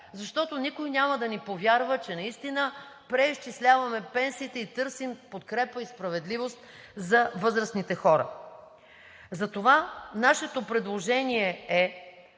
Защото никой няма да ни повярва, че наистина преизчисляваме пенсиите и търсим подкрепа и справедливост за възрастните хора. Затова нашето предложение е